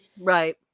Right